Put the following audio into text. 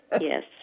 yes